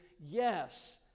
yes